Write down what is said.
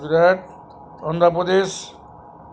Gujarat Andhra Pradesh